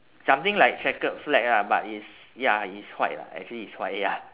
something like checkered flag lah but is ya it is white lah actually it's white ya